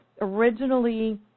originally